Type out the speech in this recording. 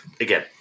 again